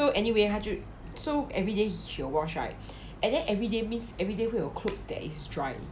so anyway 她就 so everyday she will wash right and then every day means every day 会有 clothes that is dried